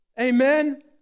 Amen